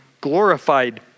glorified